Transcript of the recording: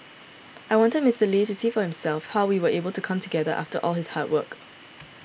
I wanted Mister Lee to see for himself how we are able to come together after all his hard work